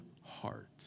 heart